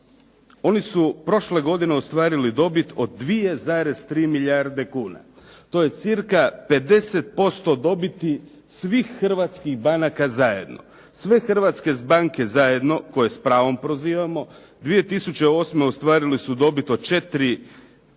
Oni su prošle godine ostvarili dobit od 2,3 milijarde kuna. To je cca 50% dobiti svih hrvatskih banaka zajedno. Sve hrvatske banke zajedno, koje s pravom prozivamo 2008. ostvarili su dobit od 4 milijarde